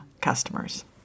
customers